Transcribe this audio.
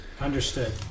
understood